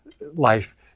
life